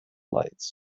lights